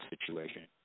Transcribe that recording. situation